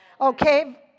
Okay